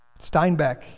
Steinbeck